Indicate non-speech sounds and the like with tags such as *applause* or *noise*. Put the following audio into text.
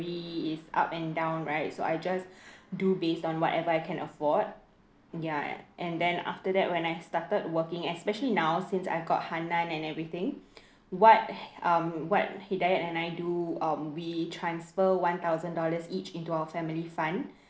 is up and down right so I just *breath* do based on whatever I can afford ya and then after that when I started working especially now since I got hanan and everything what um what hidayat and I do um we transfer one thousand dollars each into our family fund